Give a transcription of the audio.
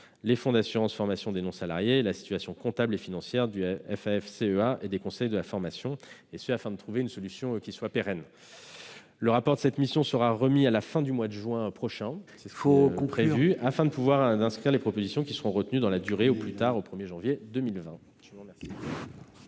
les fonds d'assurance formation des non-salariés et la situation comptable et financière du Fafcea et des conseils de la formation, afin de trouver une solution pérenne. Le rapport de cette mission sera remis à la fin du mois de juin prochain, afin d'inscrire les propositions qui seront retenues dans la durée, au plus tard le 1 janvier 2020.